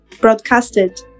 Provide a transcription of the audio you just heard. broadcasted